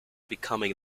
becoming